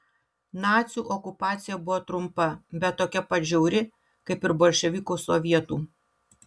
nacių okupacija buvo trumpa bet tokia pat žiauri kaip ir bolševikų sovietų